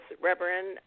Reverend